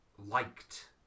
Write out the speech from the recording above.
liked